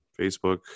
Facebook